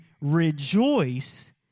rejoice